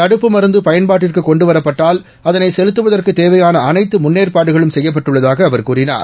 தடுப்பு மருந்து பயன்பாட்டிற்கு கொண்டுவரப்பட்டால் அதளை செலுத்துவதற்குத் தேவையான அனைத்து முன்னேற்பாடுகளும் செய்யப்பட்டுள்ளதாக அவர் கூறினார்